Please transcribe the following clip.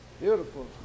Beautiful